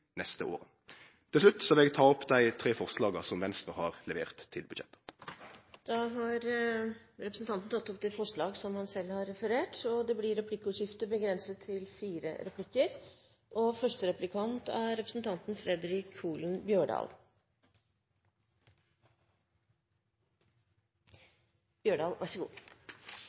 neste åra. Til slutt vil eg ta opp dei tre forslaga til budsjettet som Venstre har levert. Da har representanten Sveinung Rotevatn tatt opp de forslagene han har referert til. Det blir replikkordskifte.